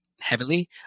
heavily